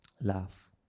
Laugh